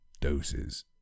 Doses